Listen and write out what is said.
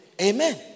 amen